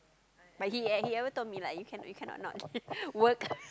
but he e~ he ever told like you cannot you cannot not work